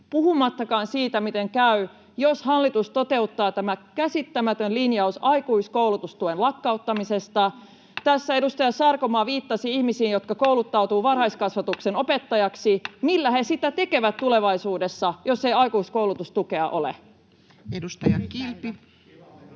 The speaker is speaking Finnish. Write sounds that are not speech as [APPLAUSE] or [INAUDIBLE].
puhumattakaan siitä, miten käy, jos hallitus toteuttaa tämän käsittämättömän linjauksen aikuiskoulutustuen lakkauttamisesta. [NOISE] Tässä edustaja Sarkomaa viittasi ihmisiin, jotka kouluttautuvat [NOISE] varhaiskasvatuksen opettajiksi. Millä he sitä tekevät tulevaisuudessa, jos ei aikuiskoulutustukea ole? [Ben